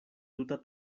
tuta